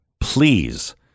please